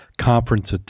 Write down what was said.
conference